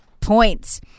points